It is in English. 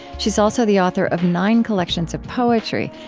she's also the author of nine collections of poetry,